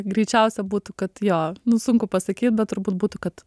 greičiausia būtų kad jo nu sunku pasakyt bet turbūt būtų kad